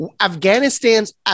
Afghanistan's